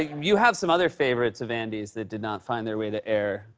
you have some other favorites of andy's that did not find their way to air.